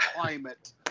climate